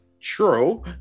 True